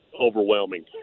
overwhelming